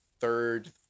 third